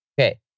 Okay